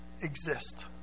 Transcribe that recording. exist